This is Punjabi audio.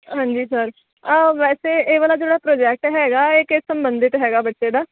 ਹਾਂਜੀ ਸਰ ਆ ਵੈਸੇ ਇਹ ਵਾਲਾ ਜਿਹੜਾ ਪ੍ਰੋਜੈਕਟ ਹੈਗਾ ਇਹ ਕਿਸ ਸੰਬੰਧਿਤ ਹੈਗਾ ਬੱਚੇ ਦਾ